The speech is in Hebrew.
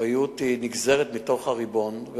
האחריות נגזרת מתוך הריבון,